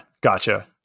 gotcha